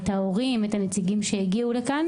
ההורים והנציגים שהגיעו לכאן